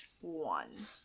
one